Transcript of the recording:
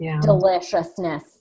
deliciousness